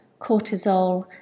cortisol